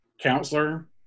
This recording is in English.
counselor